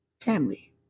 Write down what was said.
family